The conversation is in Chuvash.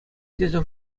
тесе